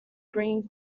bringing